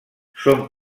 són